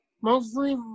mostly